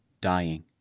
Dying